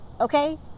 okay